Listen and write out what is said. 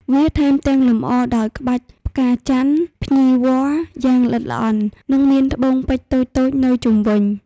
វាថែមទាំងលម្អដោយក្បាច់ផ្កាចន្ទន៍ ភ្ញីវល្លិ យ៉ាងល្អិតល្អន់ និងមានត្បូងពេជ្រតូចៗនៅជុំវិញ។